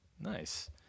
Nice